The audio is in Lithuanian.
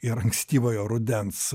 ir ankstyvojo rudens